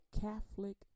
Catholic